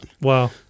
Wow